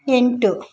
ಎಂಟು